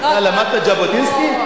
אתה למדת ז'בוטינסקי?